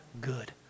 good